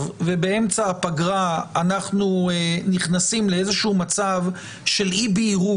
ובאמצע הפגרה אנחנו נכנסים לאיזשהו מצב של אי בהירות.